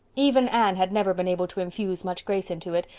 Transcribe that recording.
even anne had never been able to infuse much grace into it,